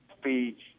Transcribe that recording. speech